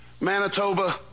Manitoba